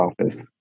office